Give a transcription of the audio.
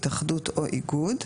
התאחדות או איגוד,